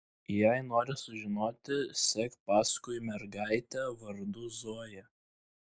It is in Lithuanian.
jei nori sužinoti sek paskui mergaitę vardu zoja